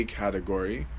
category